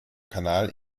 kanal